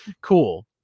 Cool